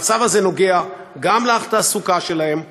המצב הזה נוגע גם בתעסוקה שלהם.